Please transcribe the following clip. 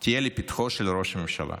תהיה לפתחו של ראש הממשלה.